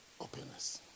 Openness